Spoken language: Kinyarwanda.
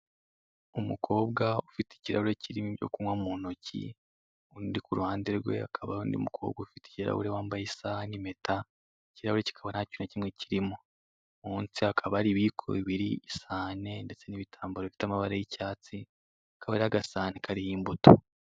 Umukobwa ufite ikirahure kirimo icyo kunywa muntoki, undi kuruhande rwe hakaba hari nundi mukobwa ufite ikirahure wambaye isaha na impeta, icyo kirahure akaba ntakintu na kimwe kirimo. Munsi hakaba hari ibiyiko bibiri, isahane ndetse n'ibitambaro bifite amabara ya icyatsi, hakaba hariho agasahani kariho imbuto.